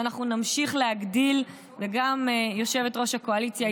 וגם יושבת-ראש הקואליציה,